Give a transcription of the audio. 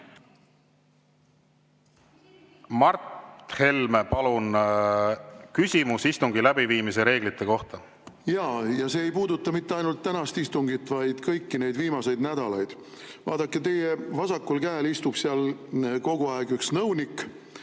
Mart Helme, palun, küsimus istungi läbiviimise reeglite kohta! Jaa. Aga see ei puuduta mitte ainult tänast istungit, vaid kõiki neid viimaseid nädalaid. Vaadake, teie vasakul käel istub seal kogu aeg üks nõunik